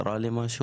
קרה לי משהו,